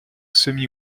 semi